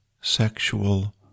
sexual